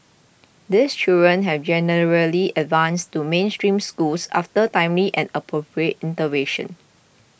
these children have generally advanced to mainstream schools after timely and appropriate intervention